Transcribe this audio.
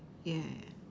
yes